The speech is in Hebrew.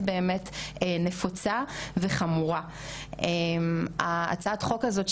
שבה שיתפנו את כל בעלי העניין בתחום הזה,